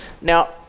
Now